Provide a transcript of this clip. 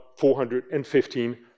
$415